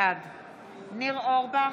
בעד ניר אורבך,